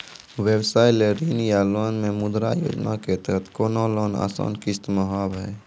व्यवसाय ला ऋण या लोन मे मुद्रा योजना के तहत कोनो लोन आसान किस्त मे हाव हाय?